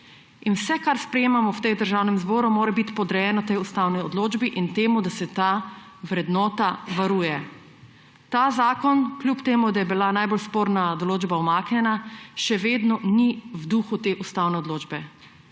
In vse, kar sprejemamo v tem državnem zboru, mora biti podrejeno tej ustavni odločbi in temu, da se ta vrednota varuje. Ta zakon, kljub temu da je bila najbolj sporna določba umaknjena, še vedno ni v duhu te ustavne odločbe.